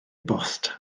bost